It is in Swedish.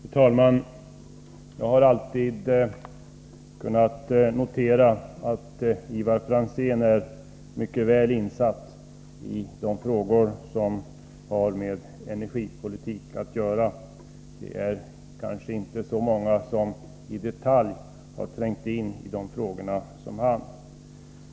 Fru talman! Jag har alltid kunnat notera att Ivar Franzén är mycket väl insatt i de frågor som har med energipolitik att göra; det är kanske inte så många som i detalj har trängt in i de frågorna som han.